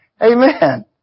Amen